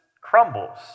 crumbles